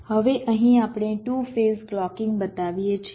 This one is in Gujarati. હવે અહીં આપણે ટુ ફેઝ ક્લૉકિંગ બતાવીએ છીએ